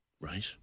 Right